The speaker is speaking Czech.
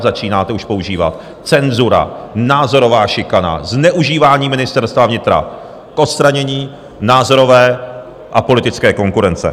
Začínáte už používat cenzura, názorová šikana, zneužívání Ministerstva vnitra k odstranění názorové a politické konkurence.